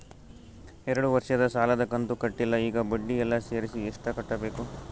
ಎರಡು ವರ್ಷದ ಸಾಲದ ಕಂತು ಕಟ್ಟಿಲ ಈಗ ಬಡ್ಡಿ ಎಲ್ಲಾ ಸೇರಿಸಿ ಎಷ್ಟ ಕಟ್ಟಬೇಕು?